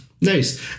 Nice